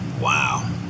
Wow